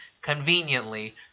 conveniently